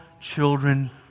children